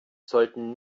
sollten